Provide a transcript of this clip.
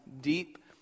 deep